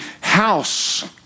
house